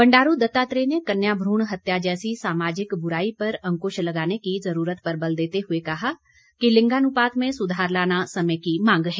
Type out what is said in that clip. बंडारू दत्तात्रेय ने कन्या भ्रूण हत्या जैसी सामाजिक बुराई पर अंकुश लगाने की जरूरत पर बल देते हुए कहा कि लिंगानुपात में सुधार लाना समय की मांग है